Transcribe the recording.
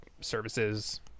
services